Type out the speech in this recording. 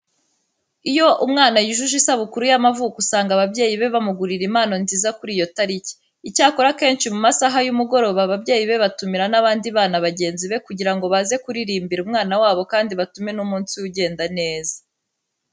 Iyo umwana yujuje isabukuru y'amavuko usanga ababyeyi be bamugurira impano nziza kuri iyo tariki. Icyakora akenshi mu masaha y'umugoroba ababyeyi be batumira n'abandi bana bagenzi be kugira ngo baze kuririmbira umwana wabo kandi batume n'umunsi we ugenda neza.